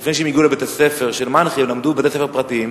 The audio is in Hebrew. לפני שהן הגיעו לבית-הספר של מנח"י הן למדו בבתי-ספר פרטיים,